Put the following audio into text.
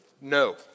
No